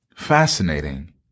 fascinating